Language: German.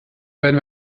werden